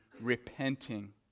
repenting